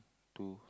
two